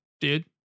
dude